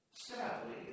Sadly